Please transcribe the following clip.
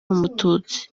umututsi